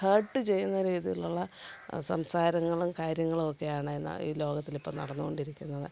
hate ചെയ്യുന്ന രീതിയിലുള്ള സംസാരങ്ങളും കാര്യങ്ങളുമൊക്കെയാണ് ഈ ലോകത്തിലിപ്പോള് നടന്നുകൊണ്ടിരിക്കുന്നത്